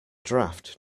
draft